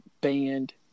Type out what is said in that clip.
banned